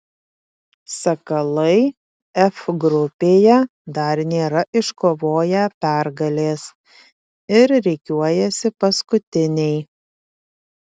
sakalai f grupėje dar nėra iškovoję pergalės ir rikiuojasi paskutiniai